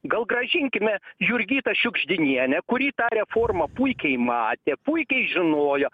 gal grąžinkime jurgitą šiugždinienę kuri tą reformą puikiai matė puikiai žinojo